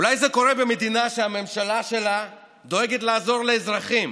אולי זה קורה במדינה שהממשלה שלה דואגת לעזור לאזרחים